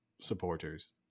supporters